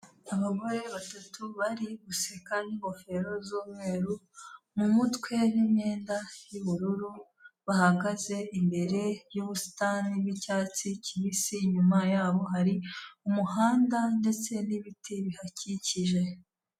Abagore batatu bari guseka n'ingofero z'umweru mu mutwe n'imyenda y'ubururu, bahagaze imbere y'ubusitani bw'icyatsi kibisi, inyuma yabo hari umuhanda ndetse n'ibiti bihakikije.